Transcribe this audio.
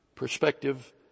Perspective